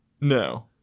no